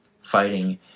fighting